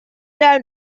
down